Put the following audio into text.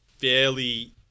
fairly